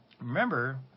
remember